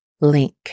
LINK